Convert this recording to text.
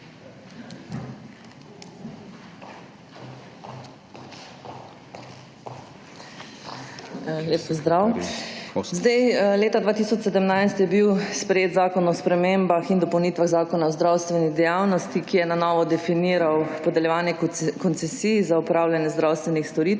Lep pozdrav! Leta 2017 je bil sprejet Zakon o spremembah in dopolnitvah Zakona o zdravstveni dejavnosti, ki je na novo definiral podeljevanje koncesij za opravljanje zdravstvenih storitev.